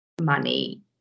money